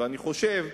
ואני חושב,